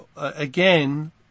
again